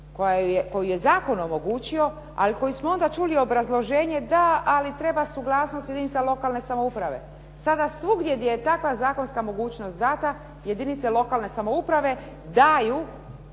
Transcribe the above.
joj je zakon omogućio ali koju smo onda čuli obrazloženje da, ali treba suglasnost jedinica lokalne samouprave. Sada svugdje gdje je takva zakonska mogućnost dana jedinice lokalne samouprave daju